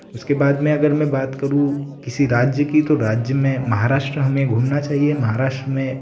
उसके बाद में अगर मैं बात करूँ किसी राज्य की तो राज्य में महाराष्ट्र में घूमना चाहिए महाराष्ट्र में